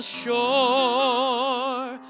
shore